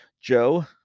Joe